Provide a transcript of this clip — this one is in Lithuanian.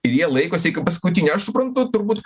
ir jie laikosi iki paskutinio aš suprantu turbūt